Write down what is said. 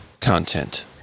content